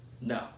No